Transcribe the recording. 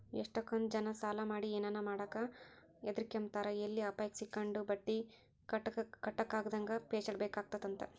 ಎಷ್ಟಕೊಂದ್ ಜನ ಸಾಲ ಮಾಡಿ ಏನನ ಮಾಡಾಕ ಹದಿರ್ಕೆಂಬ್ತಾರ ಎಲ್ಲಿ ಅಪಾಯುಕ್ ಸಿಕ್ಕಂಡು ಬಟ್ಟಿ ಕಟ್ಟಕಾಗುದಂಗ ಪೇಚಾಡ್ಬೇಕಾತ್ತಂತ